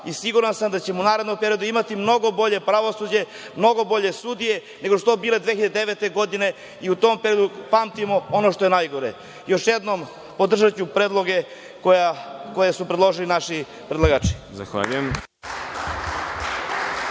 i siguran sam da ćemo u narednom periodu imati mnogo bolje pravosuđe, mnogo bolje sudije, nego što je to bilo 2009. godine i u tom periodu pamtimo ono što je najgore. Još jednom, podržaću predloge koje su predložili naši predlagači.